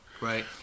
right